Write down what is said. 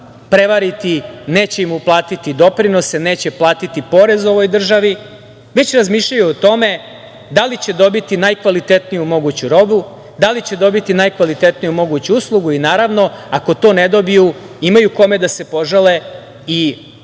prevariti, neće im uplatiti doprinose, neće platiti porez ovoj državi, već razmišljaju o tome da li će dobiti najkvalitetniju moguću robu, dali će dobiti najkvalitetniju moguću uslugu i naravno ako to ne dobiju imaju kome da se požale i mogu